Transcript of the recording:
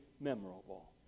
memorable